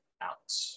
out